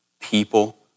people